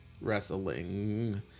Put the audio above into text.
wrestling